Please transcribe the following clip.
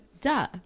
duh